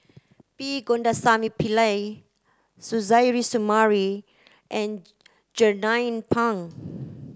P Govindasamy Pillai Suzairhe Sumari and Jernnine Pang